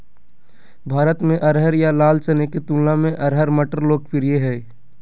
भारत में अरहर या लाल चने के तुलना में अरहर मटर लोकप्रिय हइ